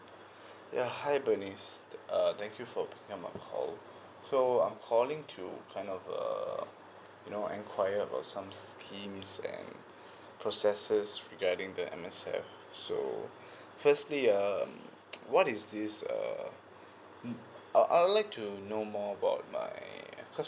ya hi bernice uh thank you for get my call so I'm calling to kind of uh you know enquire about some schemes and processes regarding the M_S_F so firstly um what is this err mm uh I'd like to know more about my cause